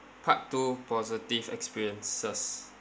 part two positive experiences